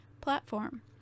platform